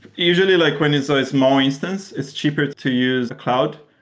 usually like when it's a small instance, it's cheaper to use a cloud.